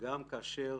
שגם כאשר